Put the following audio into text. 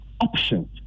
options